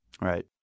Right